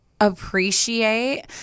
Appreciate